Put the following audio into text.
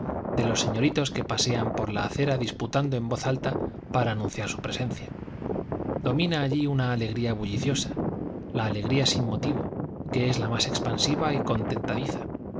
de los señoritos que pasean por la acera disputando en voz alta para anunciar su presencia domina allí una alegría bulliciosa la alegría sin motivo que es la más expansiva y contentadiza quién lo